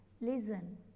listen